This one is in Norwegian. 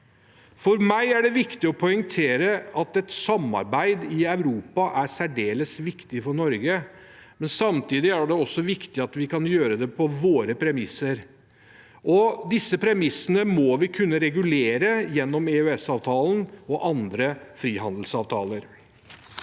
For meg er det viktig å poengtere at et samarbeid i Europa er særdeles viktig for Norge. Samtidig er det viktig at vi kan gjøre det på våre premisser. Disse premissene må vi kunne regulere gjennom EØSavtalen og andre frihandelsavtaler.